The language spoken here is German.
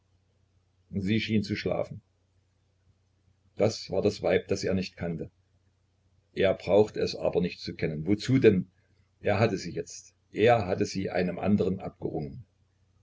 sie schien zu schlafen das war das weib das er nicht kannte er brauchte es aber nicht zu kennen wozu denn er hatte sie jetzt er hatte sie einem anderen abgerungen